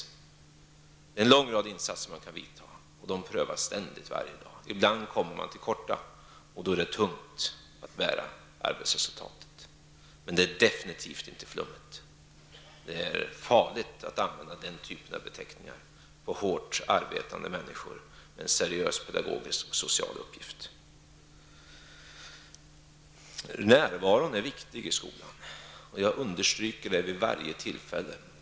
Det är en lång rad insatser man kan vidta, och de prövas ständigt varje dag. Ibland kommer man till korta, och då är det tungt att bära arbetsresultatet. Men det är definitivt inte flummigt. Det är farligt att använda den typen av beteckningar på hårt arbetande människor med en seriös pedagogisk och social uppgift. Närvaron är viktig i skolan. Jag understryker det vid varje tillfälle.